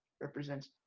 represents